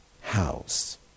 house